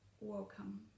welcome